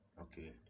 Okay